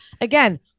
again